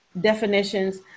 definitions